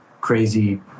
crazy